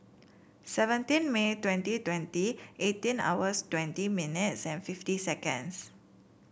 seventeen May twenty twenty eighteen hours twenty minutes and fifty seconds